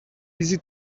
easy